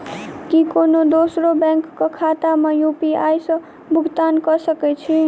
की कोनो दोसरो बैंक कऽ खाता मे यु.पी.आई सऽ भुगतान कऽ सकय छी?